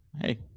hey